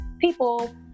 people